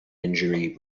injury